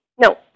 No